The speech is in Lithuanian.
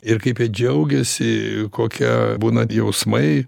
ir kaip jie džiaugiasi kokie būna jausmai